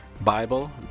bible